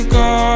go